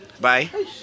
Bye